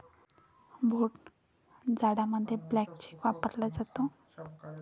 भोट जाडामध्ये blank cheque वापरला जातो